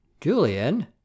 Julian